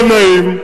לא נעים.